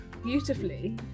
beautifully